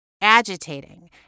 agitating